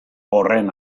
horren